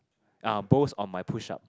uh boast on my push up